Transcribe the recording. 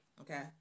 okay